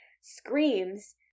screams